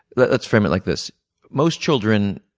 let's frame it like this most children,